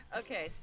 okay